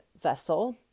vessel